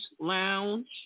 Lounge